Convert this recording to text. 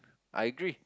I agree